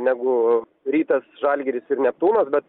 negu rytas žalgiris ir neptūnas bet